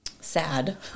sad